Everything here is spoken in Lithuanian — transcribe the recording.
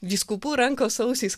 vyskupų rankos ausys